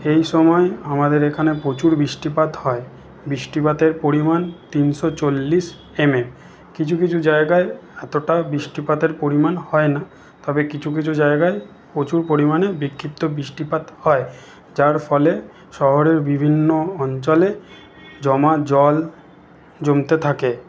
এই সময় আমাদের এখানে প্রচুর বৃষ্টিপাত হয় বৃষ্টিপাতের পরিমাণ তিনশো চল্লিশ এমএম কিছু কিছু জায়গায় এতটাও বৃষ্টিপাতের পরিমাণ হয় না তবে কিছু কিছু জায়গায় প্রচুর পরিমাণে বিক্ষিপ্ত বৃষ্টিপাত হয় যার ফলে শহরের বিভিন্ন অঞ্চলে জমা জল জমতে থাকে